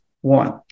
one